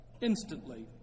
instantly